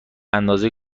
اندازه